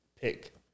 Pick